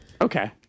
Okay